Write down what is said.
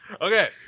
okay